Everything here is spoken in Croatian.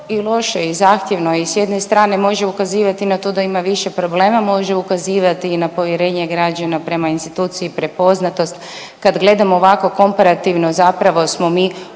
i loše i zahtjevno i s jedne strane može ukazivati na to da ima više problema, može ukazivati i na povjerenje građana prema instituciji i prepoznatost. Kad gledam ovako komparativno zapravo smo mi